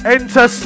Enter